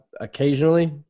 occasionally